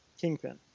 Kingpin